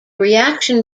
reaction